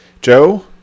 Joe